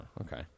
okay